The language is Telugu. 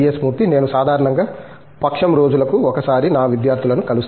మూర్తి నేను సాధారణంగా పక్షం రోజులకు ఒకసారి నా విద్యార్థులను కలుస్తాను